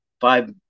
five